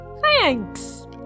Thanks